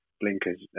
blinkers